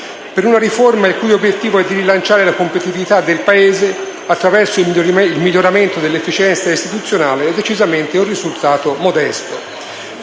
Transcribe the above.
Per una riforma il cui obiettivo è rilanciare la competitività del Paese attraverso il miglioramento dell'efficienza istituzionale il risultato è decisamente modesto.